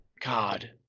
God